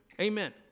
Amen